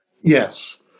Yes